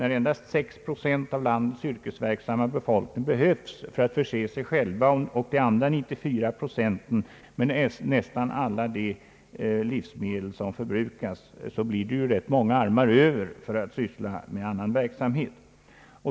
När endast 6 procent av landets yrkesverksamma befolkning behövs för att förse sig själva och de återstående 94 procenten med nästan alla livsmedel som förbrukas blir ganska många armar Över, som kan syssla med annan verksamhet.